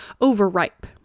overripe